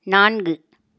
நான்கு